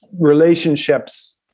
relationships